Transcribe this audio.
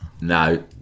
No